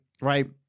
right